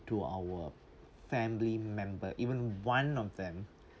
to our family member even one of them